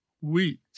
Wheat